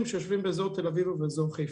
שיושבים באזור תל אביב או באזור חיפה.